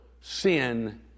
sin